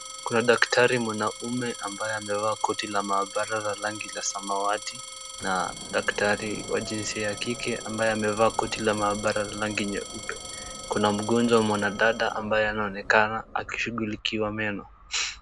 Kuna daktari mwanaume ambaye amevaa koti la maabara ya rangi ya samawati, na daktari wa jinsia ya kike ambaye amevaa koti la maabara ya rangi nyeupe. Kuna mgonjwa mwanadada ambaye anaonekana akishughulikiwa meno.